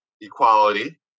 equality